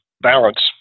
Balance